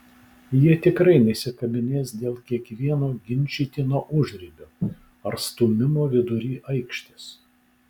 jie tikrai nesikabinės dėl kiekvieno ginčytino užribio ar stūmimo vidury aikštės